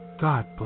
God